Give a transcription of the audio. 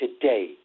today